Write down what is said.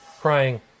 crying